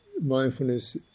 mindfulness